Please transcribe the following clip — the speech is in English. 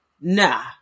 Nah